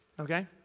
Okay